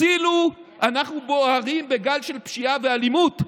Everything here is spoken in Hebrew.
הצילו, אנחנו בוערים בגל של פשיעה ואלימות?